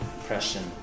impression